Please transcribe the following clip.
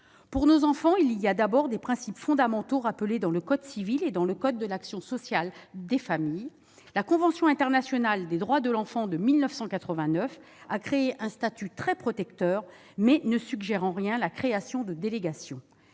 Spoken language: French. Pour nos enfants, il y a d'abord des principes fondamentaux, rappelés dans le code civil et dans le code de l'action sociale et des familles. La convention internationale des droits de l'enfant de 1989 a créé un statut très protecteur, mais ne suggère en rien la création de délégations.